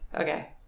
Okay